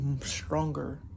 stronger